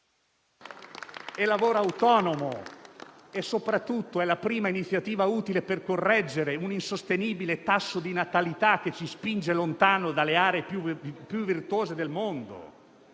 e lavoro autonomo. Soprattutto, è la prima iniziativa utile per correggere un insostenibile tasso di natalità, che ci spinge lontano dalle aree più virtuose del mondo.